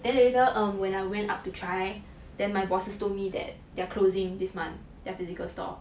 then later um when I went up to try then my bosses told me that they're closing this month their physical store